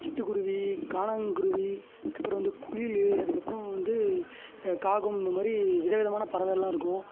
சிட்டுக்குருவி காணாங்குருவி அதுக்கப்புறம் வந்து குயில் அதுக்கப்புறம் வந்து காகம் இந்த மாதிரி விதவிதமான பறவைல்லாம் இருக்கும்